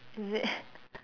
is it